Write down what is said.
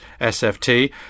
sft